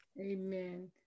Amen